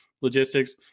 logistics